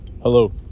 Hello